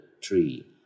tree